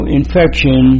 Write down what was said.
infection